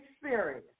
experience